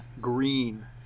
Green